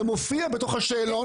זה מופיע בתוך השאלון.